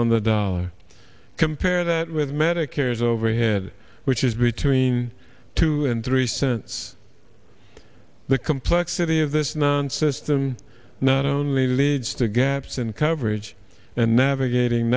on the dollar compare that with medicare's overhead which is between two and three cents the complexity of this non system not only leads to gaps in coverage and navigating